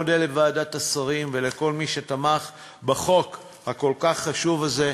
אני מודה לוועדת השרים ולכל מי שתמך בחוק הכל-כך חשוב הזה.